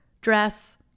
dress